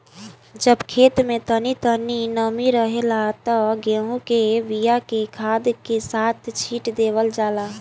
जब खेत में तनी तनी नमी रहेला त गेहू के बिया के खाद के साथ छिट देवल जाला